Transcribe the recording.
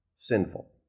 sinful